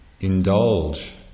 indulge